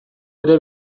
ere